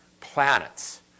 Planets